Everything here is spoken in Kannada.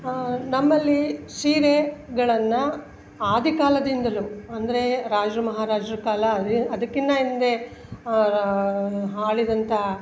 ನಮ್ಮಲ್ಲಿ ಸೀರೆಗಳನ್ನು ಆದಿ ಕಾಲದಿಂದಲೂ ಅಂದರೆ ರಾಜ್ರ ಮಹಾರಾಜ್ರ ಕಾಲ ಅದ್ರಿ ಅದಕ್ಕಿನ್ನೂ ಹಿಂದೆ ಆಳಿದಂಥ